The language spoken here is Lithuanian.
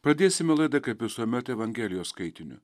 pradėsime laidą kaip visuomet evangelijos skaitiniu